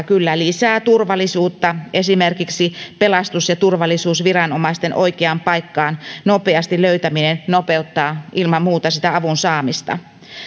kyllä lisää turvallisuutta esimerkiksi pelastus ja turvallisuusviranomaisten oikeaan paikkaan nopeasti löytäminen nopeuttaa ilman muuta sitä avun saamista